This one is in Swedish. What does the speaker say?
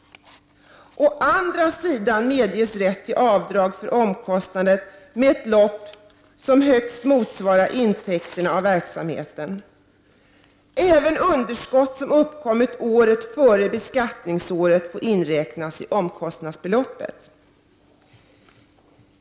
Å andra sidan medges rätt till avdrag för omkostnader med ett belopp som högst får motsvara intäkterna av verksamheten. Även underskott som uppkommit året före beskattningsåret får inräknas i omkostnadsbeloppet.